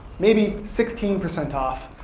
maybe, sixteen percent off.